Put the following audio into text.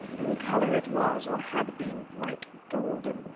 in colour it was, or had been, bright golden,